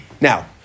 Now